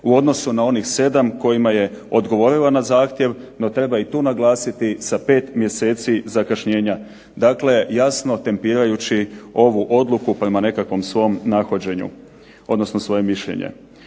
u odnosu na onih 7 kojima je odgovorila na zahtjev, no treba i tu naglasiti sa pet mjeseci zakašnjenja. Dakle, jasno tempirajući ovu odluku prema svom nahođenju, odnosno svoje mišljenje.